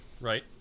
right